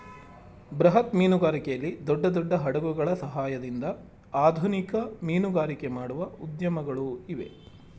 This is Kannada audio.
ಬೃಹತ್ ಮೀನುಗಾರಿಕೆಯಲ್ಲಿ ದೊಡ್ಡ ದೊಡ್ಡ ಹಡಗುಗಳ ಸಹಾಯದಿಂದ ಆಧುನಿಕ ಮೀನುಗಾರಿಕೆ ಮಾಡುವ ಉದ್ಯಮಗಳು ಇವೆ